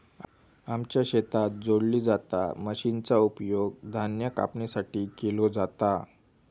आमच्या शेतात जोडली जाता मशीनचा उपयोग धान्य कापणीसाठी केलो जाता